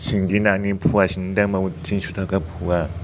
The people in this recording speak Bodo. सिंगि नानि फवासेनि दामाबो थिनस' थाखा फवा